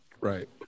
Right